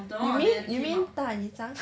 you mean you mean 大姨丈